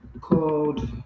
called